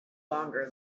longer